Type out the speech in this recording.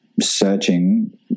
searching